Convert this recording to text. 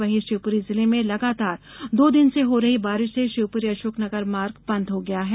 वहीं शिवपुरी जिले में लगातार दो दिन से हो रही बारिश से शिवपुरी अशोकनगर मार्ग बन्द हो गया है